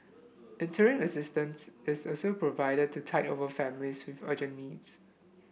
interim assistance is also provided to tide over families with urgent needs